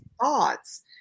thoughts